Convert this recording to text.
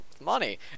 money